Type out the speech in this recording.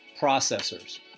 processors